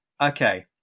Okay